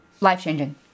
life-changing